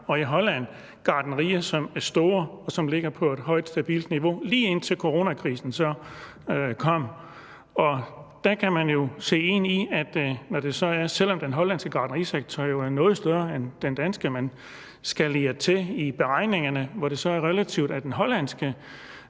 og i Holland gartnerier, som er store, og som lå på et højt, stabilt niveau, lige indtil coronakrisen så kom. Og selv om den hollandske gartnerisektor jo er noget større end den danske og man skalerer til i beregningerne, så er det sådan, at det er relativt, altså at den hollandske